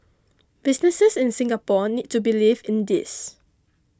businesses in Singapore need to believe in this